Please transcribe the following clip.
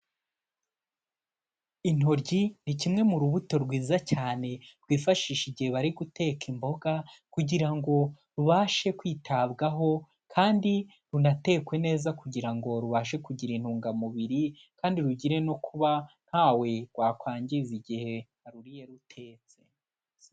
Intoryi ni kimwe mu rubuto rwiza cyane bifashisha igihe bari guteka imboga kugira ngo rubashe kwitabwaho kandi runatekwe neza kugira ngo rubashe kugira intungamubiri kandi rugire no kuba ntawe rwakwangiza igihe aruriye rutetse.